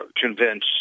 convince